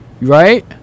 Right